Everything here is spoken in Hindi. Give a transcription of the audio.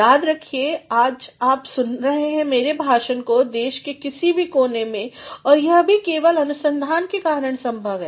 याद रखिए आज आप सुन रहे हैं मेरे भाषण को देश के किसी भी कोने से और यह भी केवल अनुसंधान के कारण संभव है